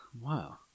Wow